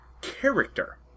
character